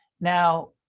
now